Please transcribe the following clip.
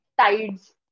tides